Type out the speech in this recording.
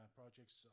projects